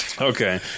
Okay